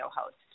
host